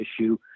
issue